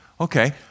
Okay